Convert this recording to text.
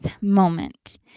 moment